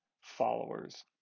followers